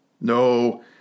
No